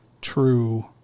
true